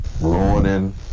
ruining